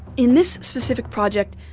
in this specific project,